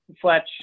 Fletch